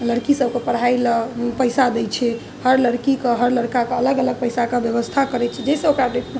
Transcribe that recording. लड़की सबके पढ़ाइलए पइसा दै छै हर लड़कीके हर लड़काके अलग अलग पइसाके बेबस्था करै छै जाहिसँ ओकरा